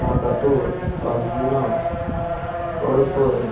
Vagator Anjuna Adpai